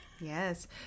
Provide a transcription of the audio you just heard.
Yes